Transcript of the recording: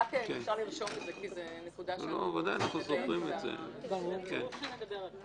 רק אם אפשר לרשום את זה כי זו נקודה --- ברור שנדבר על זה.